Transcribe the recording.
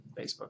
Facebook